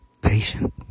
patient